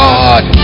God